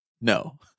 No